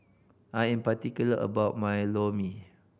I am particular about my Lor Mee